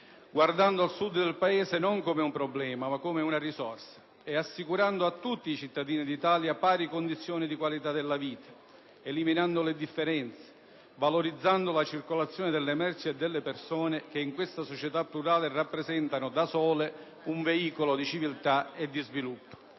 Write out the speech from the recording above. Guardando al Sud del Paese non come un problema ma come una risorsa e assicurando a tutti i cittadini d'Italia pari condizioni di qualità della vita, eliminando le differenze, valorizzando la circolazione delle merci e delle persone che in questa società plurale rappresentano, da sole, un veicolo di civiltà e di sviluppo.